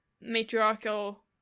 matriarchal